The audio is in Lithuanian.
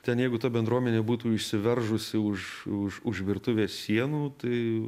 ten jeigu ta bendruomenė būtų išsiveržusi už už už virtuvės sienų tai